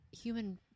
human